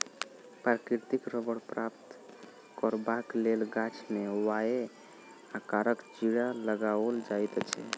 प्राकृतिक रबड़ प्राप्त करबाक लेल गाछ मे वाए आकारक चिड़ा लगाओल जाइत अछि